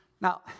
Now